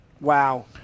Wow